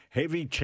heavy